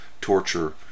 torture